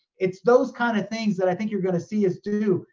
it's those kinds of things that i think you're gonna see us do.